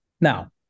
Now